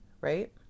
right